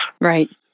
Right